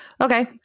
Okay